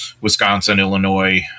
Wisconsin-Illinois